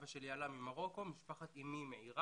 אבא שלי עלה ממרוקו, משפחת אמי מעירק.